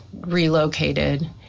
relocated